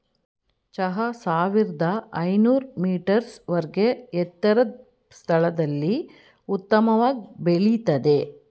ಚಹಾ ಸಾವಿರ್ದ ಐನೂರ್ ಮೀಟರ್ಸ್ ವರ್ಗೆ ಎತ್ತರದ್ ಸ್ಥಳದಲ್ಲಿ ಉತ್ತಮವಾಗ್ ಬೆಳಿತದೆ